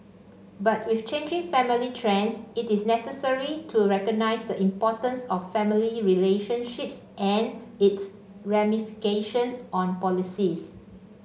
but with changing family trends it is necessary to recognise the importance of family relationships and its ramifications on policies